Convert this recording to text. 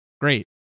Great